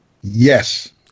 Yes